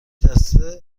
دسته